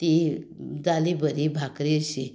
ती जाली बरी भाकरी अशी